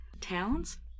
Towns